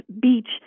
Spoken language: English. beach